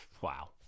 wow